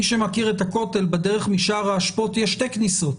מי שמכיר את הכותל בדרך משער האשפות יש שתי כניסות,